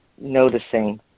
noticing